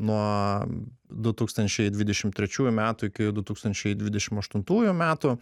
nuo du tūkstančiai dvidešimt trečiųjų metų iki du tūkstančiai dvidešim aštuntųjų metų